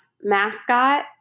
mascot